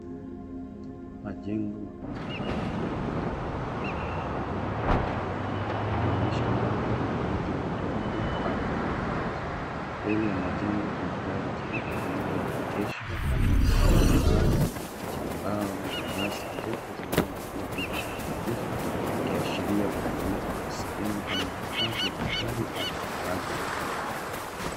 Majengo mawili ya ghorofa yanaonekana kwenye eneo la wazi, ikionyesha mandhari ya miji midogo au vitongoji. Mbele ya majengo kuna gari jeupe lililoegeshwa pamoja na kibanda cha mbao na nyasi ndefu zinaokua bila kuguzwa, ikiashiria kutumika kwa sehemu kama hifadhi ya magari au makazi ya muda.